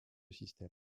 système